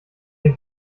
doch